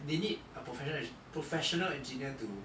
they need a professional engi~ professional engineer to